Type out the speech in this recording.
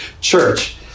Church